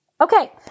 Okay